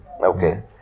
Okay